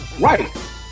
right